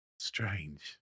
Strange